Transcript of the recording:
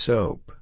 Soap